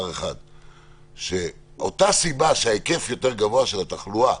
והוא שמאותה סיבה שהיקף התחלואה יותר גבוה,